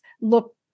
look